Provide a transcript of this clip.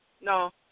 No